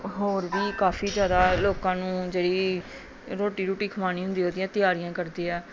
ਹੋਰ ਵੀ ਕਾਫੀ ਜ਼ਿਆਦਾ ਲੋਕਾਂ ਨੂੰ ਜਿਹੜੀ ਰੋਟੀ ਰੁਟੀ ਖਵਾਉਣੀ ਹੁੰਦੀ ਉਹਦੀਆਂ ਤਿਆਰੀਆਂ ਕਰਦੇ ਆ